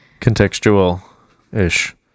Contextual-ish